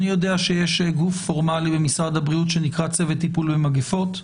אני יודע שיש גוף פורמלי במשרד הבריאות שנקרא צוות טיפול במגפות.